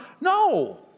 no